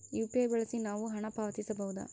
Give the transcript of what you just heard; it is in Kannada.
ಯು.ಪಿ.ಐ ಬಳಸಿ ನಾವು ಹಣ ಪಾವತಿಸಬಹುದಾ?